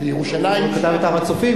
בירושלים הוא כתב את "הר הצופים",